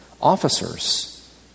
officers